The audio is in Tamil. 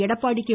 எடப்பாடி கே